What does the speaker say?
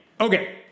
Okay